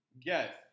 Yes